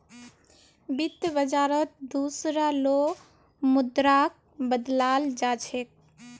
वित्त बाजारत दुसरा लो मुद्राक बदलाल जा छेक